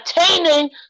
Attaining